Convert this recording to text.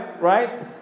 right